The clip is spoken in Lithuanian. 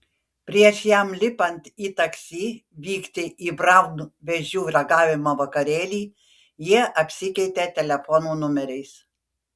prieš jam lipant į taksi vykti į braun vėžių ragavimo vakarėlį jie apsikeitė telefonų numeriais